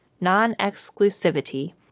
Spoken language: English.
Non-exclusivity